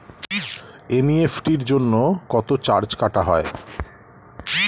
NEFT জন্য কত charge কাটা হয়?